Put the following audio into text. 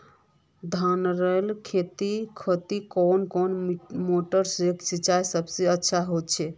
धानेर खेतोत कुन मोटर से सिंचाई सबसे अच्छा होचए?